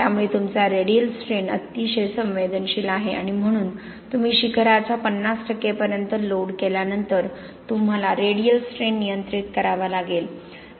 त्यामुळे तुमचा radial strain अतिशय संवेदनशील आहे आणि म्हणून तुम्ही शिखराच्या 50 पर्यंत लोड केल्यानंतर तुम्हाला रेडियल स्ट्रेन नियंत्रित करावा लागेल